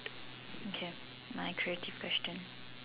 can my creative question